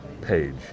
page